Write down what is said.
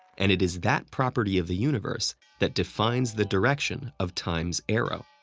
and it is that property of the universe that defines the direction of time's arrow.